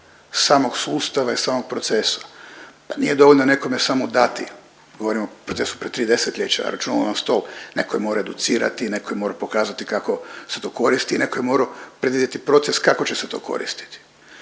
samog sustava i samog procesa. Da nije dovoljno nekome samo dati, govorimo o procesu prije 3 desetljeća, računala na stol, netko je morao educirati, netko je morao pokazati kako se to koristi i netko je morao predvidjeti proces kako će se to koristit.